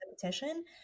petition